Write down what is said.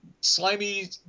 slimy